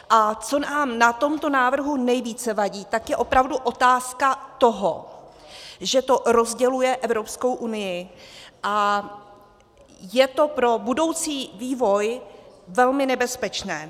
A co nám na tom návrhu nejvíc vadí, je opravdu otázka toho, že to rozděluje Evropskou unii a je to pro budoucí vývoj velmi nebezpečné.